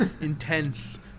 intense